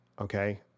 Okay